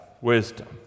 wisdom